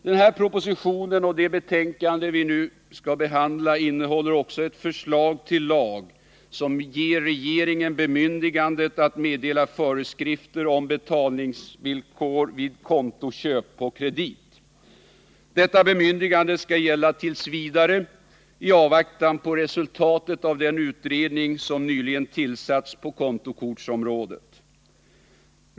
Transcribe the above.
Denna proposition och det betänkande vi nu skall behandla innehåller också ett förslag till lag som ger regeringen bemyndigande att meddela föreskrifter om betalningsvillkor vid kontoköp på kredit. Detta bemyndigande skall gälla t. v. i avvaktan på resultatet av den utredning som nyligen tillsatts på kontokortsområdet.